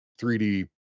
3D